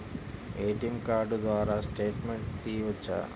ATM card ద్వారా statement తీయవచ్చా?